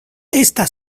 esta